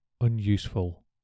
unuseful